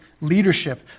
leadership